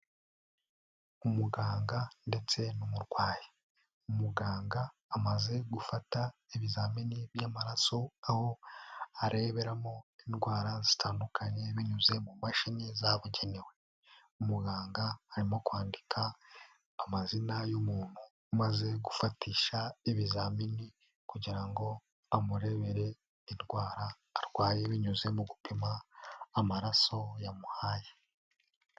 Umuganga ndetse n'umurwayi. Umuganga amaze gufata ibizamini by'amaraso aho areberamo indwara zitandukanye binyuze mu mashini zabugenewe. Umuganga harimo kwandika amazina y'umuntumaze gufatisha ibizamini kugira ngo amurebere indwara arwaye binyuze mu gupima amaraso yamuhaye.